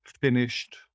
finished